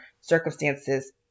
circumstances